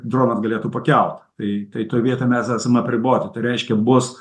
dronas galėtų pakelt tai tai toj vietoj mes esam apriboti tai reiškia bus